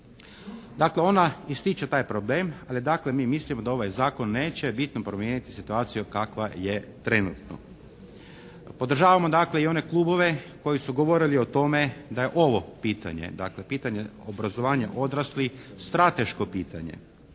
Dakle, ona ističe taj problem, ali dakle mi mislimo da ovaj Zakon neće bitno promijeniti situaciju kakva je trenutno. Podržavamo, dakle, i one klubove koji su govorili o tome da je ovo pitanje, dakle, pitanje obrazovanja odraslih strateško pitanje.